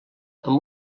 amb